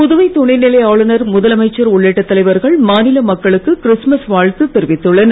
புதுவை துணைநிலை ஆளுநர் முதலமைச்சர் உள்ளிட்ட தலைவர்கள் மாநில மக்களுக்கு கிறிஸ்துமஸ் வாழ்த்து தெரிவித்துள்ளனர்